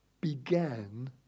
began